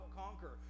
conquer